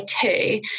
two